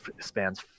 spans